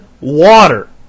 water